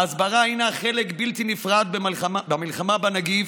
ההסברה היא חלק בלתי נפרד מהמלחמה בנגיף.